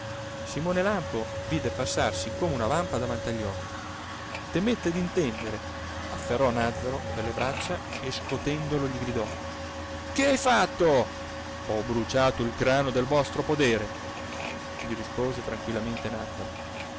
simone lampo vide passarsi come una vampa davanti agli occhi temette d'intendere afferrò nàzzaro per le braccia e scotendolo gli gridò che hai fatto ho bruciato il grano del vostro podere gli rispose tranquillamente nàzzaro